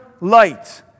light